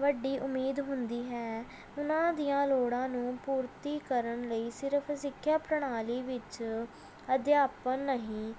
ਵੱਡੀ ਉਮੀਦ ਹੁੰਦੀ ਹੈ ਉਹਨਾਂ ਦੀਆਂ ਲੋੜਾਂ ਨੂੰ ਪੂਰਤੀ ਕਰਨ ਲਈ ਸਿਰਫ਼ ਸਿੱਖਿਆ ਪ੍ਰਣਾਲੀ ਵਿੱਚ ਅਧਿਆਪਣ ਨਹੀਂ